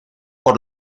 por